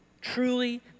truly